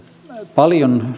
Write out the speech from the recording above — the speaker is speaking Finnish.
paljon